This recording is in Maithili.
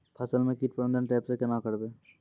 फसल म कीट प्रबंधन ट्रेप से केना करबै?